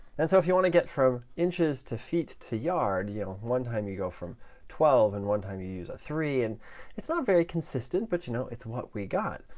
and so if you want to get from inches to feet to yard, one time you go from twelve and one time you use a three, and it's not very consistent, but you know it's what we got.